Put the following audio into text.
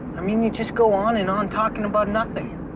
i mean you just go on and on talking about nothing!